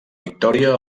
victòria